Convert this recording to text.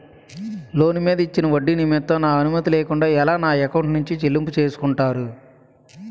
Loan మీద ఇచ్చిన ఒడ్డి నిమిత్తం నా అనుమతి లేకుండా ఎలా నా ఎకౌంట్ నుంచి చెల్లింపు చేసుకుంటారు?